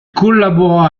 collabora